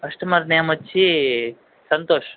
customer name వచ్చి సంతోష్